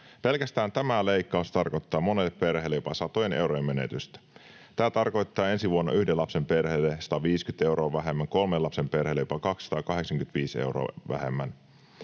Pelkästään tämä leikkaus tarkoittaa monelle perheelle jopa satojen eurojen menetystä. Tämä tarkoittaa ensi vuonna yhden lapsen perheelle 150 euroa vähemmän ja kolmen lapsen perheelle jopa 285 euroa vähemmän.